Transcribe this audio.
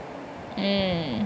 mm